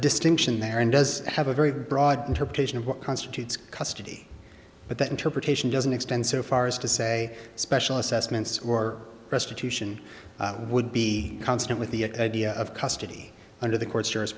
distinction there and does have a very broad interpretation of what constitutes custody but that interpretation doesn't extend so far as to say special assessments or restitution would be consonant with the idea of custody under the court